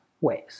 ways